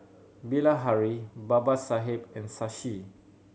Bilahari Babasaheb and Shashi